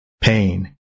Pain